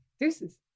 deuces